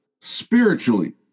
spiritually